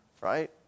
right